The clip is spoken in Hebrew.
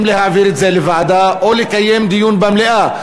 להעביר את זה לוועדה או לקיים דיון במליאה.